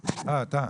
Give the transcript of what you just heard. בבקשה.